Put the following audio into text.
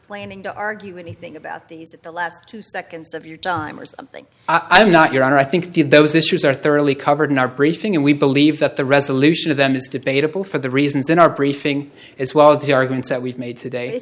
planning to argue anything about these the last two seconds of your time or something i'm not your honor i think the of those issues are thoroughly covered in our briefing and we believe that the resolution of them is debatable for the reasons in our briefing as well as the arguments that we've made today